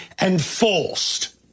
enforced